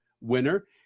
winner